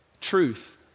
truth